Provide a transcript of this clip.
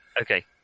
Okay